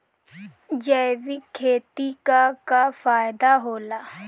जैविक खेती क का फायदा होला?